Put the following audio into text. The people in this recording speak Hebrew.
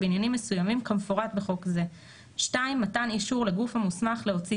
בעניינים מסוימים כמפורט בחוק זה; (2)מתן אישור לגוף המוסמך להוציא